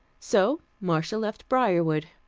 so marcia left briarwood,